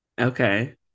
Okay